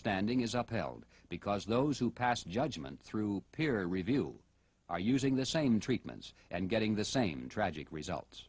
standing is up held because those who pass judgment through peer review are using the same treatments and getting the same tragic results